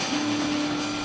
he